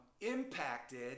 impacted